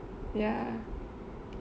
ya